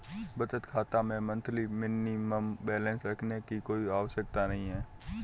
बचत खाता में मंथली मिनिमम बैलेंस रखने की कोई आवश्यकता नहीं है